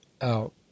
out